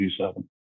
G7